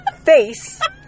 face